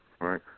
right